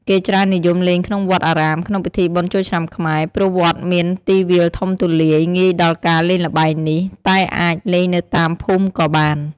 គេច្រើននិយមលេងក្នុងវត្ដអារាម ក្នុងពិធីបុណ្យចូលឆ្នាំខ្មែរ ព្រោះវត្ដមានទីវាលធំទូលាយ ងាយដល់ការលេងល្បែងនេះ តែអាច លេងនៅតាមភូមិក៏បាន។